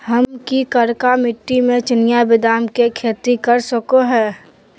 हम की करका मिट्टी में चिनिया बेदाम के खेती कर सको है?